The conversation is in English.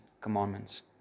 commandments